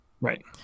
Right